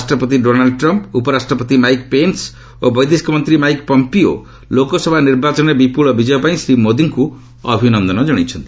ରାଷ୍ଟ୍ରପତି Donald Trump ଉପରାଷ୍ଟ୍ରପତି Mike Pence ଓ ବୈଦେଶିକ ମନ୍ତ୍ରୀ ମାଇକ୍ ପମ୍ପିଓ ଲୋକସଭା ନିର୍ବାଚନରେ ବିପୁଳ ବିଜୟ ପାଇଁ ଶ୍ରୀ ମୋଦିଙ୍କୁ ଅଭିନନ୍ଦନ ଜଣାଇଛନ୍ତି